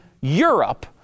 Europe